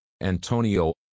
Antonio